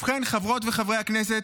ובכן, חברות וחברי הכנסת,